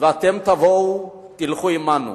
ואתם תבואו, תלכו עמנו.